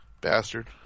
bastard